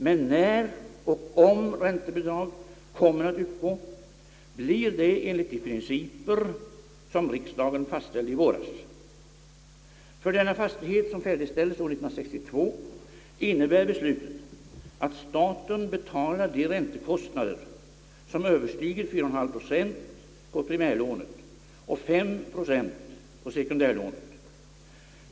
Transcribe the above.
Men när och om räntebidrag kommer att utgå blir det enligt de principer som riksdagen fastställde i våras. För denna fastighet som färdigställdes år 1962 innebär beslutet att staten betalar de räntekostnader som överstiger 4,5 procent på primärlånet och 5,0 procent på sekundärlånet.